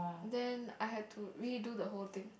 then I had to redo the whole thing